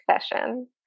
session